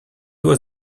was